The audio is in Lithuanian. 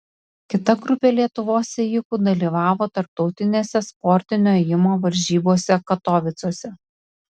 kita grupė lietuvos ėjikų dalyvavo tarptautinėse sportinio ėjimo varžybose katovicuose